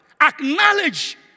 Acknowledge